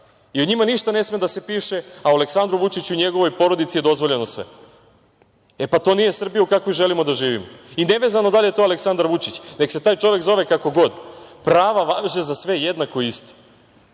O njima ništa ne sme da se piše, a o Aleksandru Vučiću i njegovoj porodici je dozvoljeno sve. E, pa to nije Srbija u kakvoj želimo da živimo. Ne vezano da li je to Aleksandar Vučić, neka se taj čovek zove kako god, prava važe za sve jednako i isto. Molim